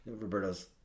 Roberto's